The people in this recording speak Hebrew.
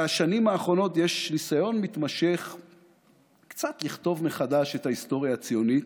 בשנים האחרונות יש ניסיון מתמשך קצת לכתוב מחדש את ההיסטוריה הציונית.